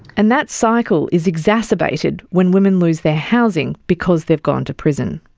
and that cycle is exacerbated when women lose their housing, because they've gone to prison.